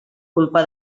culpa